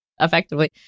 Effectively